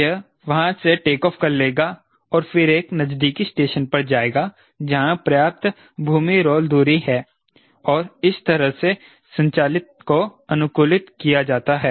यह वहां से टेक ऑफ कर लेगा और फिर एक नजदीकी स्टेशन पर जाएगा जहां पर्याप्त भूमि रोल दूरी है और इस तरह से संचालन को अनुकूलित किया जाता है